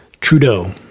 Trudeau